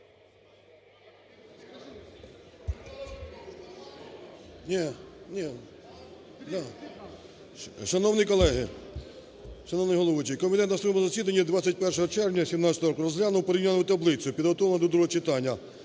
М.П. Шановні колеги, шановний головуючий! Комітет на своєму засіданні 21 червня 2017 року розглянув порівняльну таблицю, підготовлену до другого читання,